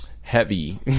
heavy